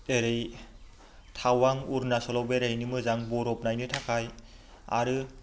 एरै थावां अरुनाचलआव बेरायहैनो मोजां बरफ नायनो थाखाय आरो